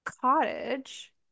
Cottage